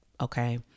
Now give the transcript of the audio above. Okay